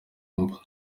mba